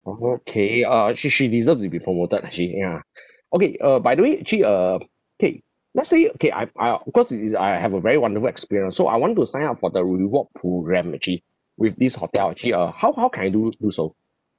okay uh uh she she deserve to be promoted ah she ya okay uh by the way actually uh K let's say okay I I because it's I have a very wonderful experience so I want to sign up for the reward program actually with this hotel actually uh how how can I do do so